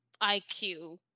IQ